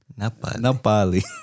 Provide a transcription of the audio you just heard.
Napali